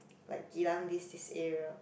like Geylang this this area